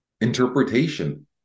interpretation